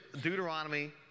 Deuteronomy